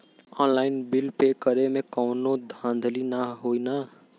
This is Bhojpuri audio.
ऑनलाइन बिल पे करे में कौनो धांधली ना होई ना?